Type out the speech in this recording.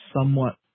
Somewhat